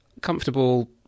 comfortable